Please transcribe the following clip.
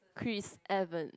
Chris Evan